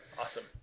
Awesome